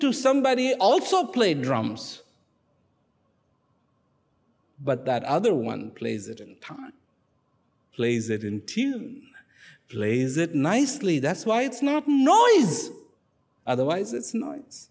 to somebody also play drums but that other one plays it in time plays it in team plays it nicely that's why it's not noise otherwise it's nice